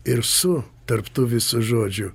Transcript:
ir su tarp tų visų žodžių